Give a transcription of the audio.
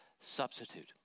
substitute